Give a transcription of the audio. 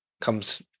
comes